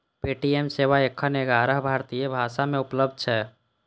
Paytm सेवा एखन ग्यारह भारतीय भाषा मे उपलब्ध छै